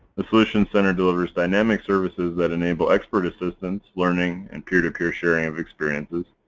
the solutions center delivers dynamic services that enable expert assistance, learning, and peer-to-peer sharing of experiences.